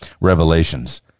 revelations